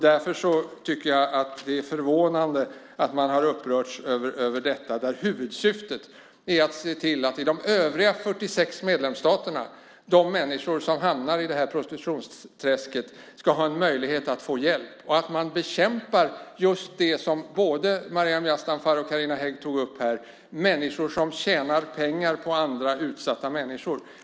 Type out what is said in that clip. Därför tycker jag att det är förvånande att man har upprörts över detta där huvudsyftet är att se till att de människor som hamnar i prostitutionsträsket i de övriga 46 medlemsstaterna ska ha en möjlighet att få hjälp. Det handlar om att bekämpa just det som både Maryam Yazdanfar och Carina Hägg tog upp här, nämligen människor som tjänar pengar på andra utsatta människor.